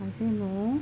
I say no